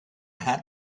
had